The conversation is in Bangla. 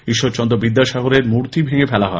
ঈশ্বরচন্দ্র বিদ্যাসাগরের মূর্তি ভেঙ্গে ফেলা হয়